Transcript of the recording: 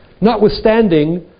notwithstanding